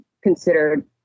considered